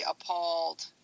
appalled